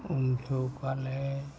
ᱩᱢᱡᱷᱟᱹᱣ ᱠᱚᱣᱟᱞᱮ